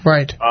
Right